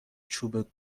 چوب